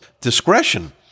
discretion